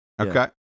Okay